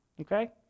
Okay